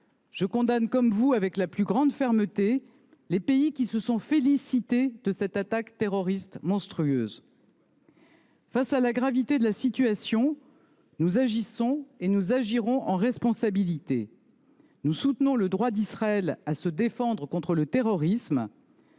Je condamne comme vous avec la plus grande fermeté les pays qui se sont félicités de cette attaque terroriste monstrueuse. Face à la gravité de la situation, nous agissons et nous agirons en responsabilité. Nous soutenons le droit d’Israël à se défendre contre le terrorisme.